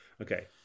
Okay